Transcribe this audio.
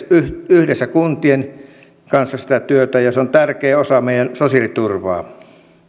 yhdessä kuntien kanssa sitä työtä ja se on tärkeä osa meidän sosiaaliturvaa